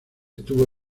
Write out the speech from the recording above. estuvo